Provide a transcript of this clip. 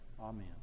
Amen